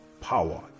power